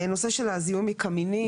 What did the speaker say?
נושא של הזיהום מקמינים.